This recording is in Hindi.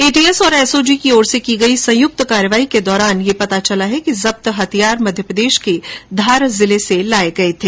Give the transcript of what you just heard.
एटीएस और एसओजी की ओर से की गई संयुक्त कार्रवाई के दौरान यह पता चला है कि जब्त हथियार मध्यप्रदेश के धार जिले से लाये गये थे